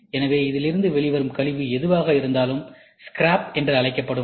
எனவே இதிலிருந்து வெளிவரும் கழிவு எதுவாக இருந்தாலும் ஸ்கிராப் என்றுஅழைக்கப்படுகிறது